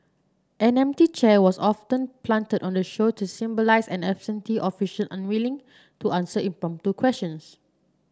an empty chair was often planted on the show to symbolise an absentee official unwilling to answer impromptu questions